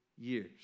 years